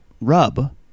rub